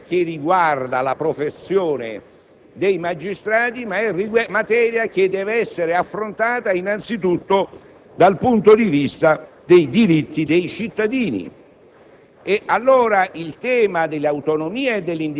l'ordinamento giudiziario non è materia che riguarda la professione dei magistrati, ma è materia che deve essere affrontata innanzitutto dal punto di vista dei diritti dei cittadini.